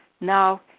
Now